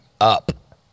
up